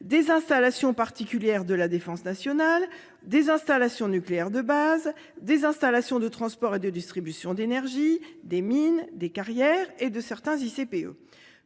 des installations particulières de la défense nationale, des installations nucléaires de base, des installations de transport et de distribution d'énergie, des mines, des carrières et de certains ICPE.